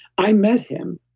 i met him,